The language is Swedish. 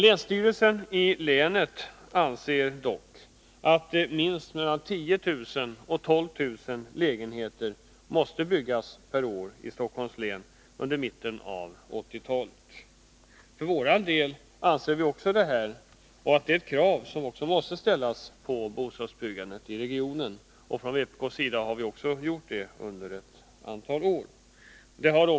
Länsstyrelsen i länet anser dock att minst mellan 10 000 och 12 000 lägenheter måste byggas per år i Stockholms län vid mitten av 1980-talet. För vår del menar vi också att detta är det krav som måste ställas på bostadsbyggandet i regionen, och vi har från vpk:s sida ställt det under ett antal år.